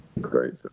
great